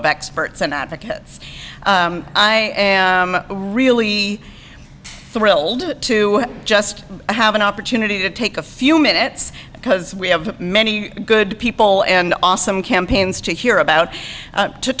of experts and advocates i really thrilled to just have an opportunity to take a few minutes because we have many good people and awesome campaigns to hear about